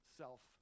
self